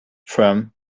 from